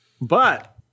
But-